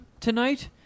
tonight